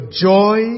joy